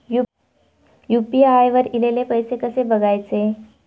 UPI वर ईलेले पैसे कसे बघायचे?